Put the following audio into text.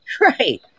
Right